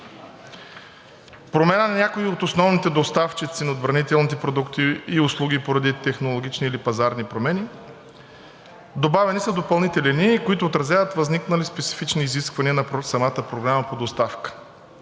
промяна на някои от основните доставчици на отбранителните продукти и услуги поради технологични или пазарни промени. Добавени са допълнителни линии, които отразяват възникнали специфични изисквания на самата програма по доставка.